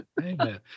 Amen